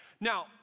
Now